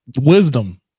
wisdom